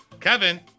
Kevin